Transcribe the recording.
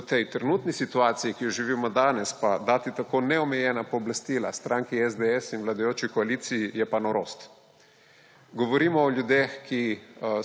V tej trenutni situaciji, ki jo živimo danes, pa dati tako neomejena pooblastila stranki SDS in vladajoči koaliciji je pa norost. Govorimo o ljudeh, ki